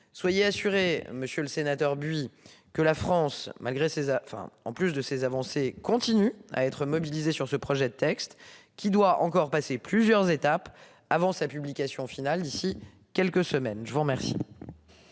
Soyez assuré, Monsieur le Sénateur Buy que la France malgré ses a enfin en plus de ces avancées continuent à être mobilisés sur ce projet de texte qui doit encore passer plusieurs étapes avant sa publication finale d'ici quelques semaines, je vous remercie.